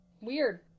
Weird